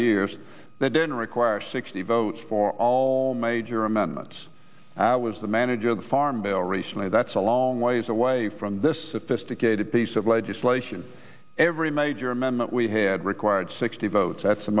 years that didn't require sixty votes for all major amendments was the manager of the farm bill recently that's a long ways away from this just to get a piece of legislation every major amendment we had required sixty votes that's the